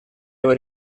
его